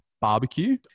barbecue